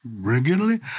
regularly